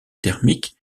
thermique